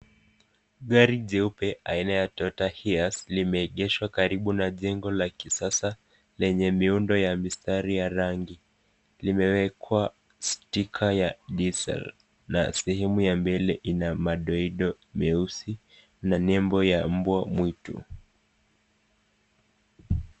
Gari jeupe aina ya Toyota Hiace limeegeshwa karibu na jengo la kisasa lenye miundo ya mistari ya rangi. Limewekwa sticker ya diesel na sehemu ya mbele ina madoido meusi na nembo ya mbwa mwitu.